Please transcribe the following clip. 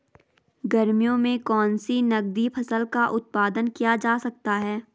गर्मियों में कौन सी नगदी फसल का उत्पादन किया जा सकता है?